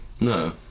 No